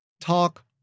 Talk